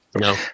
No